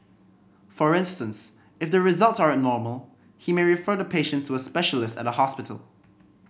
for instance if the results are abnormal he may refer the patient to a specialist at a hospital